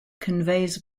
conveys